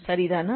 சரிதானா